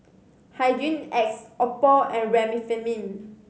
Hygin X Oppo and Remifemin